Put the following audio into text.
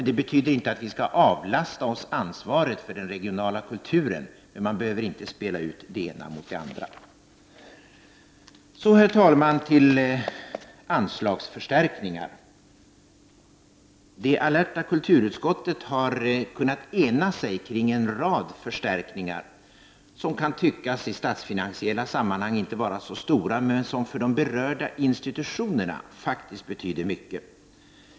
Det betyder inte att vi skall avlasta oss ansvaret för den regionala kulturen, men man behöver inte spela ut det ena mot det andra. Sedan, herr talman, till frågan om anslagsförstärkningar. Det alerta kulturutskottet har kunnat ena sig kring en rad förstärkningar som i statsfinansiella sammanhang kan tyckas inte vara så stora, men som för de berörda institutionerna betyder mycket.